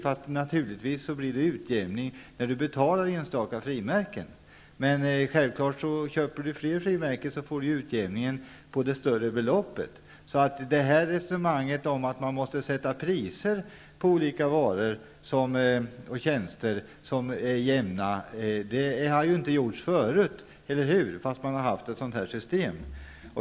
Men naturligtvis blir det utjämning när man köper enstaka frimärken. Köper man flera frimärken blir det utjämning på det större beloppet. Man måste inte sätta jämna priser på olika varor och tjänster. Det har inte gjorts förut heller, eller hur, när vi har haft sådant här system?